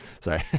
sorry